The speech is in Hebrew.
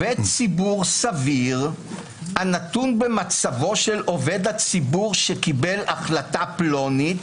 אם עובד ציבור סביר הנתון במצבו של עובד הציבור שקיבל החלטה פלונית,